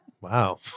Wow